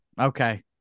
Okay